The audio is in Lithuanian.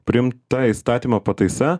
priimta įstatymo pataisa